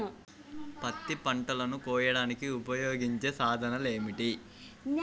పత్తి పంటలను కోయడానికి ఉపయోగించే సాధనాలు ఏమిటీ?